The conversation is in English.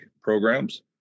programs